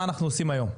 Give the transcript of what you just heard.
מה אנחנו עושים היום?